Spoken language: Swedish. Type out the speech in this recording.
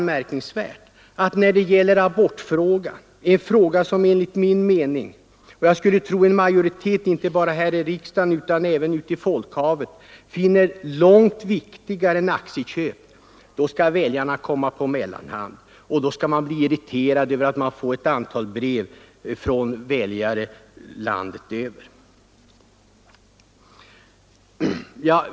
Men i abortfrågan — en fråga som jag och jag skulle tro en majoritet inte bara här i riksdagen utan även en majoritet ute i folkhavet finner långt viktigare än statliga aktieköp — där skall väljarna anmärkningsvärt nog komma på mellanhand. Inför behandlingen av den frågan är det, enligt herr Karlsson i Huskvarna, irriterande med ett antal brev från väljare landet över.